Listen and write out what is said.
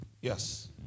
Yes